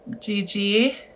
Gigi